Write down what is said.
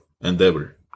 endeavor